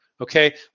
Okay